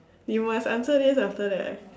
you must answer this after that